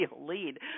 lead